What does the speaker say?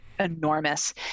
Enormous